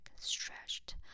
stretched